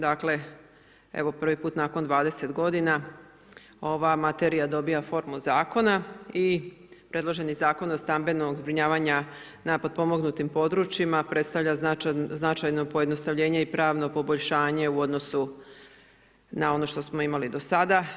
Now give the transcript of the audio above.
Dakle, evo prvi put nakon 20 godina ova materija dobiva formu zakona i predloženi Zakon o stambenog zbrinjavanja na potpomognutim područjima predstavlja značajno pojednostavljenje i pravno poboljšanje u odnosu na ono što smo imali do sada.